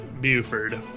Buford